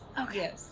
Okay